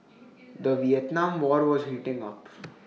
the Vietnam war was heating up